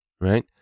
right